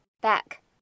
back